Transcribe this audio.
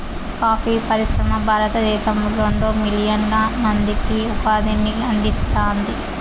coffee పరిశ్రమ భారతదేశంలో రెండు మిలియన్ల మందికి ఉపాధిని అందిస్తాంది